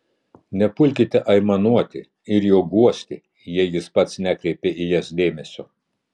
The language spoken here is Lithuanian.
nepulkite aimanuoti ir jo guosti jei jis pats nekreipia į jas dėmesio